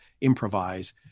improvise